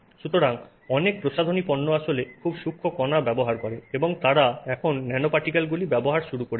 সুতরাং অনেক প্রসাধনী পণ্য আসলে খুব সূক্ষ্ম কণা ব্যবহার করে এবং তারা এখন ন্যানোপার্টিকেলগুলির ব্যবহার শুরু করেছে